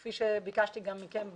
כפי שביקשתי גם מכם בוועדה,